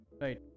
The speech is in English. Right